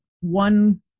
one